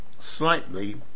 slightly